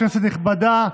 כנסת נכבדה,